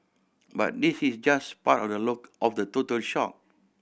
but this is just part of the look of the total